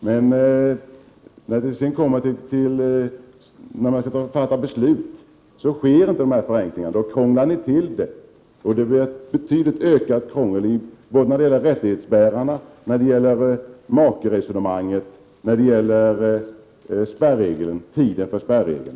Men när det blir dags att fatta beslut krånglar de till det betydligt, och så är fallet när det gäller rättighetsbärande värdepapper, makeresonemanget samt tiden för spärregeln.